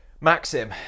Maxim